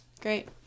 Great